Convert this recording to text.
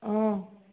অঁ